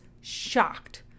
shocked